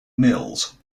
mills